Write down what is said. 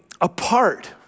apart